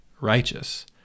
righteous